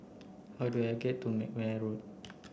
how do I get to McNair Road